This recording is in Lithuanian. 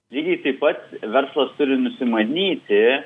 lygiai taip pat verslas turi nusimanyti